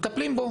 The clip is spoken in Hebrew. מטפלים בו.